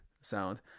sound